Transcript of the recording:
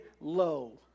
low